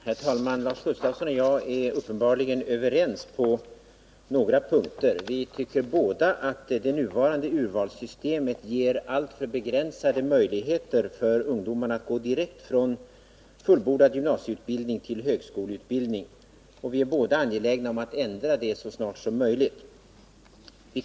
Herr talman! Lars Gustafsson och jag är uppenbart överens på några punkter. Vi tycker båda att det nuvarande urvalssystemet ger för begränsade möjligheter för ungdomarna att gå direkt från fullbordad gymnasieutbildning till högskoleutbildning. Vi är båda angelägna om att kunna ändra detta snarast möjligt.